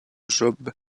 job